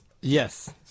Yes